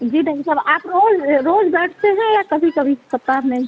जी doctor साहब आप रोज रोज बैठते हैं या कभी कभी सप्ताह में